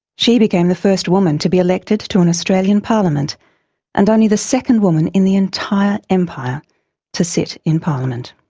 she became the first woman to be elected to an australian parliament and only the second woman in the entire empire to sit in parliament.